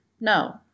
No